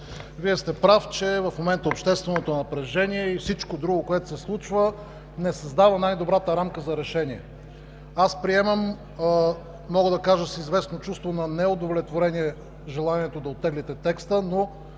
Вие сте прав, че в момента общественото напрежение и всичко друго, което се случва, не създава най-добрата рамка за решение. Аз приемам – мога да кажа с известно чувство на неудовлетворение, желанието да оттеглите текста, но